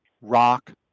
rock